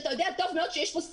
אתה יודע יפה מאוד שיש כאן סיבוב.